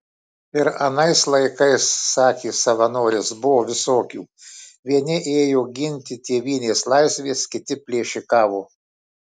ir anais laikais sakė savanoris buvo visokių vieni ėjo ginti tėvynės laisvės kiti plėšikavo